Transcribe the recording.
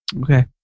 okay